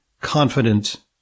confident